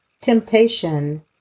Temptation